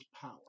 power